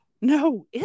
No